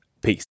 Peace